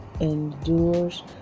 endures